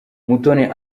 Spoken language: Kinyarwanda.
mutoni